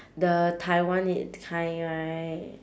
the taiwan i~ kind right